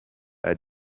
بعد